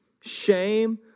shame